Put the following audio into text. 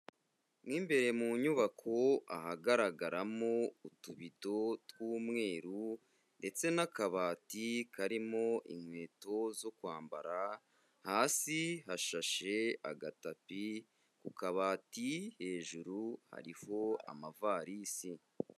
Mo imbere mu nyubako ahagaragaramo utubido tw'umweru ndetse n'akabati karimo inkweto zo kwambara, hasi hashashe agatapi ku kabati hejuru hariho amavarisi.